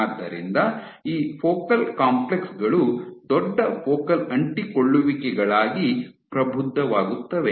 ಆದ್ದರಿಂದ ಈ focal complex ಗಳು ದೊಡ್ಡ ಫೋಕಲ್ ಅಂಟಿಕೊಳ್ಳುವಿಕೆಗಳಾಗಿ ಪ್ರಬುದ್ಧವಾಗುತ್ತವೆ